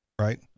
right